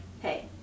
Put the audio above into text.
hey